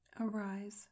Arise